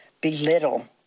belittle